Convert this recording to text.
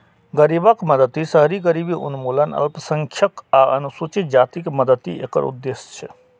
गरीबक मदति, शहरी गरीबी उन्मूलन, अल्पसंख्यक आ अनुसूचित जातिक मदति एकर उद्देश्य छै